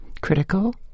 critical